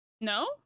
no